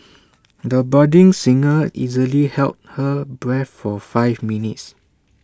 the budding singer easily held her breath for five minutes